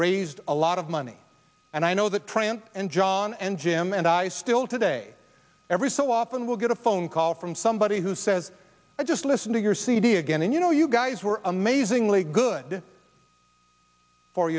raised a lot of money and i know that trent and john and jim and i still today every so often will get a phone call from somebody who says i just listened to your cd again and you know you guys were amazingly good for